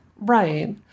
Right